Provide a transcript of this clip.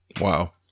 Wow